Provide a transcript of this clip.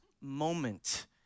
moment